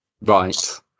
Right